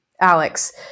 Alex